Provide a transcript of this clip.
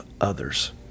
others